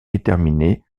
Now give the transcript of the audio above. déterminées